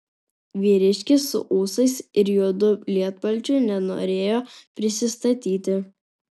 vyriškis su ūsais ir juodu lietpalčiu nenorėjo prisistatyti